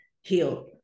heal